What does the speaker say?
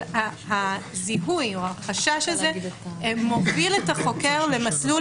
או החשש הזה מוביל את החוקר למסלול